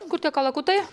kur tie kalakutai